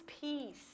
peace